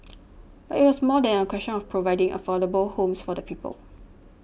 but it was more than a question of providing affordable homes for the people